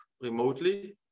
remotely